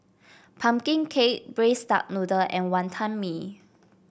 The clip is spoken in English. pumpkin cake Braised Duck Noodle and Wonton Mee